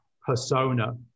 persona